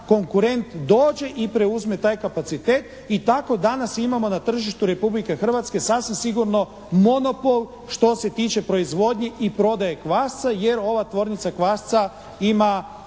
konkurent dođe i preuzme taj kapacitet. I tako danas imamo na tržištu Republike Hrvatske sasvim sigurno monopol što se tiče proizvodnje i prodaje kvasca jer ova tvornica kvasca ima